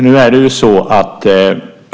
Herr talman!